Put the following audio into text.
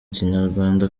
kinyarwanda